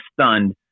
stunned